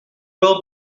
wel